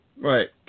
Right